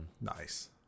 nice